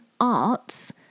arts